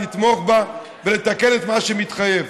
לתמוך בה ולתקן את מה שמתחייב,